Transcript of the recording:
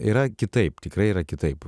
yra kitaip tikrai yra kitaip